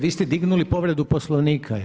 Vi ste dignuli povredu Poslovnika.